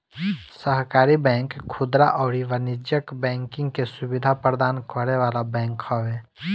सहकारी बैंक खुदरा अउरी वाणिज्यिक बैंकिंग के सुविधा प्रदान करे वाला बैंक हवे